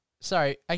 sorry